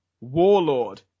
Warlord